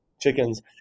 Chickens